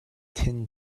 tin